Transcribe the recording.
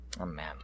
Amen